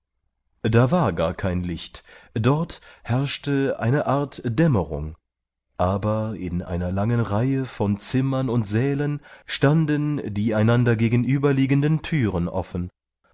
da war gar kein licht dort herrschte eine art dämmerung aber in einer langen reihe von zimmern und sälen standen die einander gegenüberliegenden thüren offen